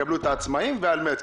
אמרנו שיקבלו את העצמאים ועל מרץ,